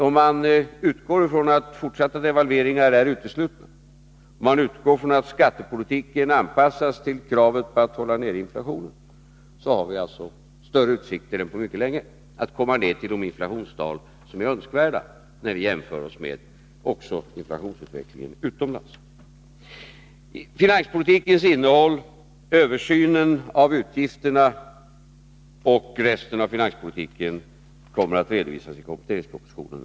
Om man utgår från att fortsatta devalveringar är uteslutna och skattepolitiken anpassas till kravet på att hålla nere inflationen, har vi större utsikter än på mycket länge att komma ner till de inflationstal som framstår som önskvärda, när vi jämför inflationen här hemma med inflationsutvecklingen utomlands. Finanspolitikens innehåll, översynen av utgifterna och resten av finanspolitiken kommer att redovisas i kompletteringspropositionen.